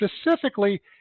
specifically